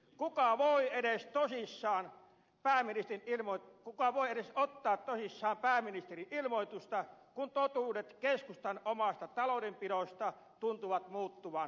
kuka voi edes toimissaan pää vedettiin ilman kuvaa voi ottaa tosissaan pääministerin ilmoitusta kun totuudet keskustan omasta taloudenpidosta tuntuvat muuttuvan päivittäin